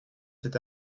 cet